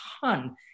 ton